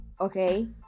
okay